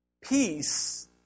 Peace